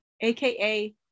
aka